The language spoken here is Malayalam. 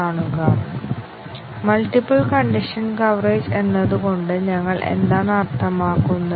ഞങ്ങൾ ബേസിക് കണ്ടിഷൻ കവറേജ് നോക്കി